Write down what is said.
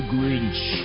Grinch